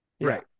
right